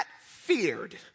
feared